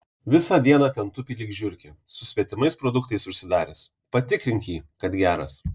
visą dieną ten tupi lyg žiurkė su svetimais produktais užsidaręs patikrink jį kad geras